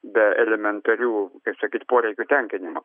be elementarių kaip sakyt poreikių tenkinimo